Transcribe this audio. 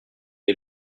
est